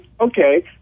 Okay